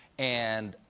and.